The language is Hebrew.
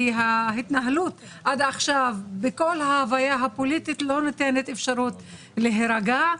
כי ההתנהלות עד עכשיו בכל ההוויה הפוליטית לא נותנת אפשרות להירגע,